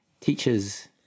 teachers